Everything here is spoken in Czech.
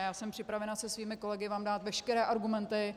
Já jsem připravena se svými kolegy vám dát veškeré argumenty.